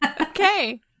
okay